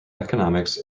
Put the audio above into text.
economics